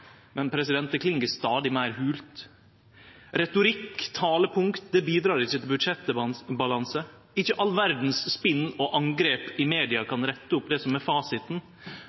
Men det kling stadig meir holt. Retorikk og talepunkt bidreg ikkje til budsjettbalanse. Ikkje all verdas spinn og angrep i media kan rette opp det som er fasiten.